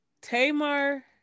Tamar